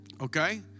Okay